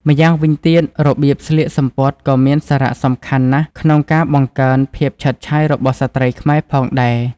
ម្យ៉ាងវិញទៀតរបៀបស្លៀកសំពត់ក៏មានសារៈសំខាន់ណាស់ក្នុងការបង្កើនភាពឆើតឆាយរបស់ស្ត្រីខ្មែរផងដែរ។